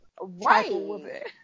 right